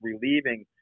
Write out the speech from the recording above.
relieving